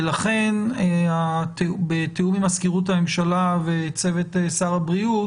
ולכן בתיאום עם מזכירות הממשלה וצוות שר הבריאות,